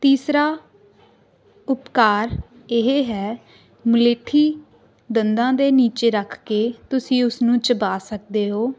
ਤੀਸਰਾ ਉਪਕਾਰ ਇਹ ਹੈ ਮਲੇਠੀ ਦੰਦਾਂ ਦੇ ਨੀਚੇ ਰੱਖ ਕੇ ਤੁਸੀਂ ਉਸਨੂੰ ਚਬਾ ਸਕਦੇ ਹੋ